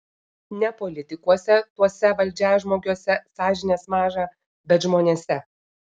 ne politikuose tuose valdžiažmogiuose sąžinės maža bet žmonėse